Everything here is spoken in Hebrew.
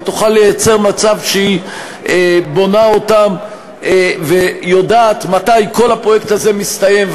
היא תוכל ליצור מצב שהיא בונה אותם ויודעת מתי כל הפרויקט הזה מסתיים,